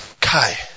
Kai